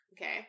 Okay